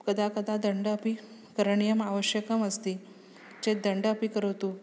कदा कदा दण्डः अपि करणीयम् आवश्यकमस्ति चेत् दण्डः अपि करोतु